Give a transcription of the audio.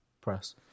press